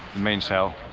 mainsail